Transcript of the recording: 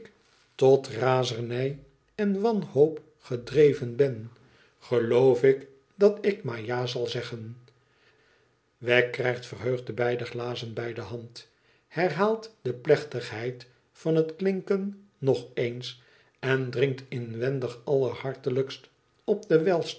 tot razernij en wanhoop gedreven ben geloof ik dat ik maar ja zal zeggen wegg krijgt verheugd de beide glazen bij de hand herhaalt de plechtigheid van het klinken nog eens en drinkt inwendig allerhartelijkst op den